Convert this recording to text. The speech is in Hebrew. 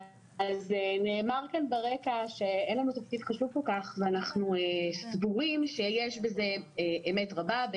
נאמר ברקע אין לנו תפקיד חשוב כל כך ואנחנו סבורים שיש בזה אמת רבה.